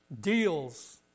deals